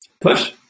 push